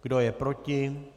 Kdo je proti?